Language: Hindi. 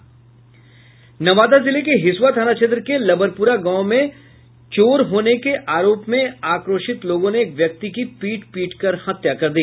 नवादा जिले के हिसुआ थाना क्षेत्र के लबरपुरा गांव में चोर होने के आरोप में आक्रोशित लोगों ने एक व्यक्ति की पीट पीटकर हत्या कर दी